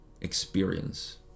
experience